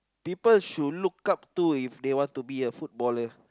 people should look up to if they want to be a footballer